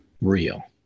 real